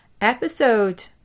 episode